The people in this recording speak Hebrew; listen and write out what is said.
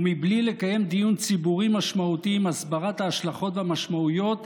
ומבלי לקיים דיון ציבורי משמעותי עם הסברת ההשלכות והמשמעויות,